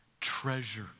treasure